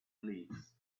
leaves